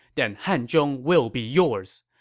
then hanzhong will be yours.